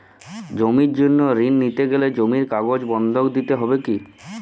জমির জন্য ঋন নিতে গেলে জমির কাগজ বন্ধক দিতে হবে কি?